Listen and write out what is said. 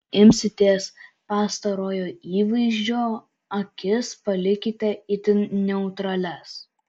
jei imsitės pastarojo įvaizdžio akis palikite itin neutralias